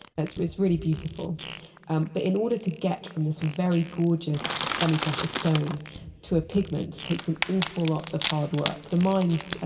it's it's really beautiful but in order to get from this very gorgeous semiprecious stone to a pigment takes an awful lot of hard work. the mines,